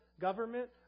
government